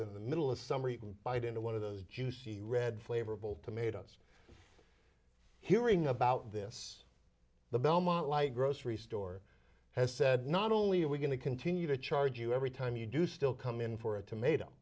in the middle of summer bite into one of those juicy red flavorful tomatoes hearing about this the belmont like a grocery store has said not only are we going to continue to charge you every time you do still come in for a tomato